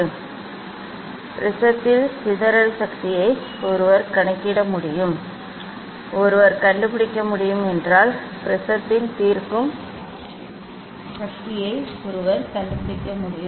ப்ரிஸத்தின் சிதறல் சக்தியை ஒருவர் கணக்கிட முடியும் ஒருவர் கண்டுபிடிக்க முடியும் மேலும் கொடுக்கப்பட்ட ப்ரிஸத்தின் தீர்க்கும் சக்தியையும் ஒருவர் கண்டுபிடிக்க முடியும்